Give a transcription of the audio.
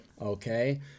okay